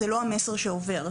זה לא המסר שעובר.